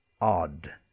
odd